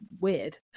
weird